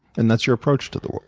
and that's your approach to the